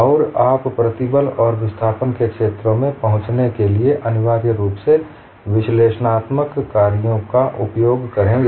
और आप प्रतिबल और विस्थापन के क्षेत्रों में पहुंचने के लिए अनिवार्य रूप से विश्लेषणात्मक कार्यों का उपयोग करेंगे